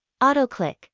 Autoclick